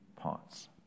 parts